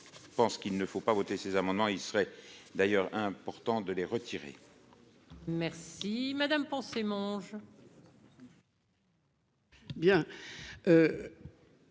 je pense qu'il ne faut pas voter ces amendements, il serait d'ailleurs important de les retirer. Merci madame pensez Monge.